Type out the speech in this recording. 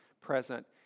present